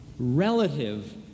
relative